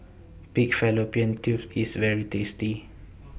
Pig Fallopian Tubes IS very tasty